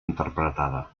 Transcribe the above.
interpretada